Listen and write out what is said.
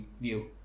view